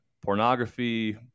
pornography